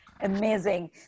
amazing